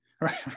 Right